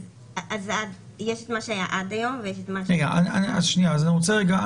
יש את מה שהיה עד היום ויש את מה שאנחנו --- שניה.